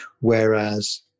whereas